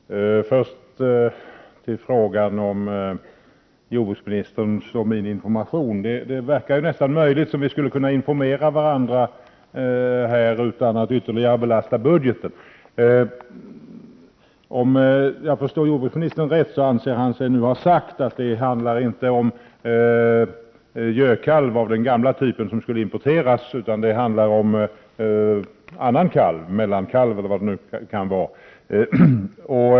Fru talman! Först vill jag säga något om jordbruksministerns och min information. Det verkar nästan som om det vore möjligt för oss att informera varandra här utan att ytterligare belasta budgeten. Om jag förstod jordbruksministern rätt så sade han att det inte handlar om gödkalv av den gamla typen som skulle importeras utan att det handlar om annan kalv, mellankalv eller vad det nu kan vara.